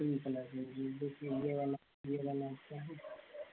pink colour में जी देखिए यह वाला यह वाला अच्छा है